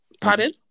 Pardon